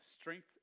strength